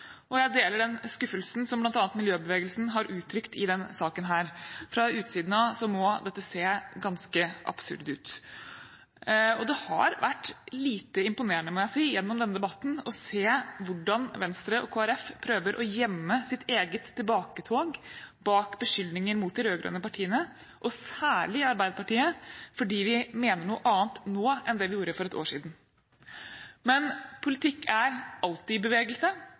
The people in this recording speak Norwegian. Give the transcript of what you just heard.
og jeg deler den skuffelsen som bl.a. miljøbevegelsen har uttrykt i denne saken. Fra utsiden må dette se ganske absurd ut. Det har vært lite imponerende, må jeg si, gjennom denne debatten å se hvordan Venstre og Kristelig Folkeparti prøver å gjemme sitt eget tilbaketog bak beskyldninger mot de rød-grønne partiene, og særlig Arbeiderpartiet, fordi vi mener noe annet nå enn det vi gjorde for et år siden. Men politikk er alltid i bevegelse,